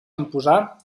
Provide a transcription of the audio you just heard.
imposar